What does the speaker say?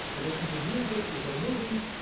you listen to music, you go to movies.